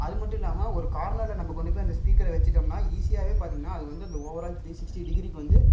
அது மட்டும் இல்லாமல் ஒரு கார்னர்ல நம்ம கொண்டு போய் அந்த ஸ்பீக்கரை வச்சிட்டோம்னால் ஈஸியாகவே பார்த்திங்கனா அது வந்து அந்த ஓவர் ஆல் த்ரீ சிக்ஸ்ட்டி டிகிரிக்கு வந்து